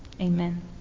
Amen